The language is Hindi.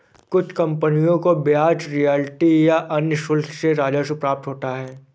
कुछ कंपनियों को ब्याज रॉयल्टी या अन्य शुल्क से राजस्व प्राप्त होता है